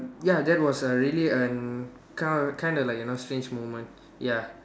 ya that was a really an kind kind of like you know strange moment ya